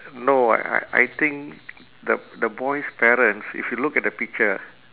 no I I I think the the boys' parents if you look at the picture